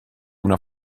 una